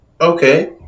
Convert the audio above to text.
okay